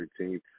13th